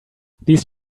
these